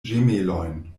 ĝemelojn